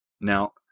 Now